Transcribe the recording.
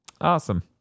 awesome